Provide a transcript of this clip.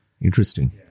Interesting